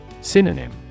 Synonym